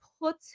put